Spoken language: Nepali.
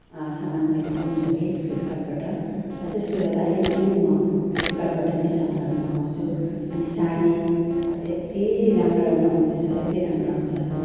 सामान मैले पाउनु सकेँ फ्लिपकार्टबाट र त्यसले गर्दा अहिले पनि म फ्लिपकार्टबाट नै सामानहरू मगाउँछु अनि साडी यति राम्रो राम्रो आउँदैछ यति राम्रो आउँछ